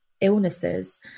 illnesses